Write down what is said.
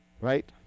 right